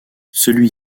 celui